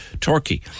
Turkey